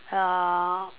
uh